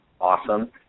awesome